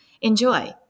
Enjoy